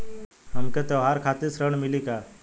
हमके त्योहार खातिर ऋण मिली का?